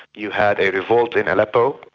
you had a revolt in aleppo,